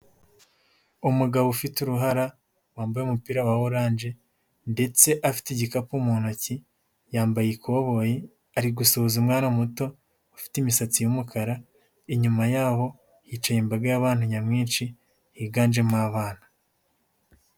Umugabo ufite uruhara, wambaye umupira wa oranje ndetse afite igikapu mu ntoki, yambaye ikoboyi, ari gusuhuza umwana muto ufite imisatsi y'umukara, inyuma yabo, hicaye imbaga y'abantu nyamwinshi, higanjemo abana.